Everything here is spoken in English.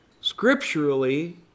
scripturally